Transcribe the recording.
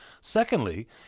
Secondly